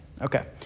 Okay